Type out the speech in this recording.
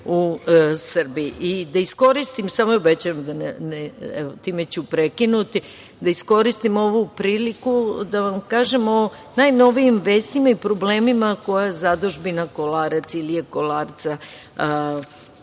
u Srbiji. Da iskoristim, obećavam, time ću prekinuti, da iskoristim ovu priliku da vam kažem o najnovijim vestima i problemima koje zadužbina Kolarac, Ilije Kolarca, ima